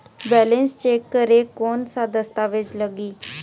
Balance check करें कोन सा दस्तावेज लगी?